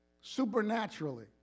supernaturally